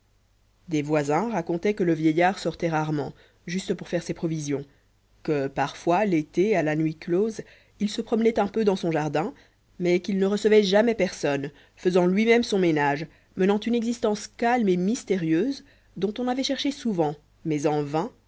des voisins racontaient que le vieillard sortait rarement juste pour faire ses provisions que parfois l'été à la nuit close il se promenait un peu dans son jardin mais qu'il ne recevait jamais personne faisant lui-même son ménage menant une existence calme et mystérieuse dont on avait cherché souvent mais en vain